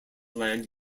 land